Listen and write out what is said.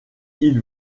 ils